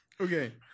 Okay